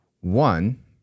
One